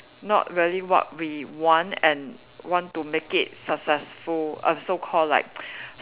not really what we want and want to make it successful uh so called like